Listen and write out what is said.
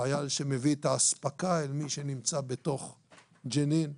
חייל שמביא את האספקה אל מי שנמצא בתוך ג'נין,